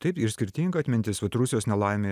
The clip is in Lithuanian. taip ir skirtinga atmintis vat rusijos nelaimė